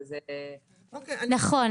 נכון,